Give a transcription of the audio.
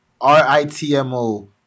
r-i-t-m-o